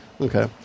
Okay